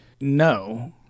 No